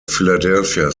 philadelphia